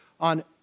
on